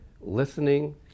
listening